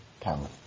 talent